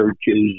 churches